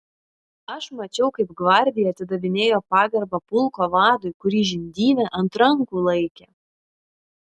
aš mačiau kaip gvardija atidavinėjo pagarbą pulko vadui kurį žindyvė ant rankų laikė